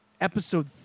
episode